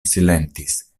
silentis